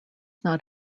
not